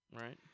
Right